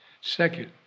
Second